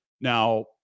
Now